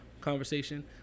conversation